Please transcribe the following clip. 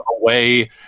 away